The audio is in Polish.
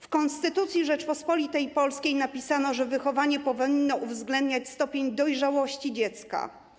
W Konstytucji Rzeczypospolitej Polskiej napisano, że wychowanie powinno uwzględniać stopień dojrzałości dziecka.